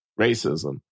racism